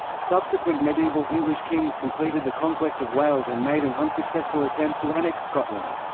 subsequent medieval english kings completed the conquest of wales and made an unsuccessful attempt to annex scotland.